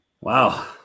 Wow